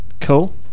cool